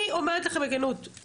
אני אומרת לכם בכנות,